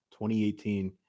2018